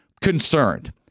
concerned